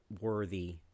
worthy